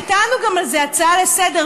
הייתה לנו על זה גם הצעה לסדר-היום,